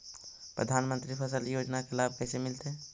प्रधानमंत्री फसल योजना के लाभ कैसे मिलतै?